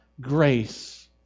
grace